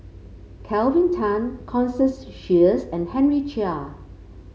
Kelvin Tan Constance Sheares and Henry Chia